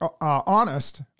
honest